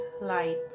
light